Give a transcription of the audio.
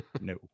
No